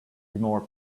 ignore